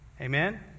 Amen